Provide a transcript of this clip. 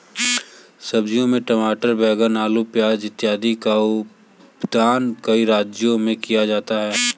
सब्जियों में टमाटर, बैंगन, आलू, प्याज इत्यादि का उत्पादन कई राज्यों में किया जाता है